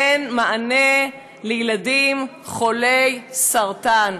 אין מענה לילדים חולי סרטן?